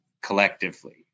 collectively